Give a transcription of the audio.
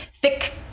thick